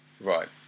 Right